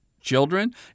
children